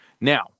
Now